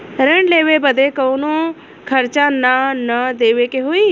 ऋण लेवे बदे कउनो खर्चा ना न देवे के होई?